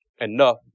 enough